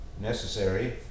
necessary